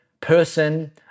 person